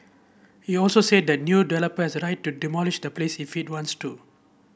he also said that the new developer has the right to demolish the place if it wants to